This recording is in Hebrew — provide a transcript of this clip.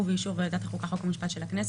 ובאישור ועדת חוקה חוק ומשפט של הכנסת,